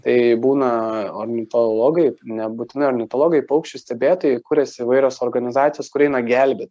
tai būna ornitologai nebūtinai ornitologai paukščių stebėtojai kurias įvairios organizacijos kur eina gelbėt